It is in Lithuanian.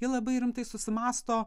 jie labai rimtai susimąsto